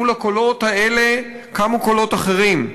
מול הקולות האלה קמו קולות אחרים.